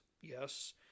Yes